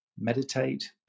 meditate